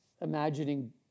imagining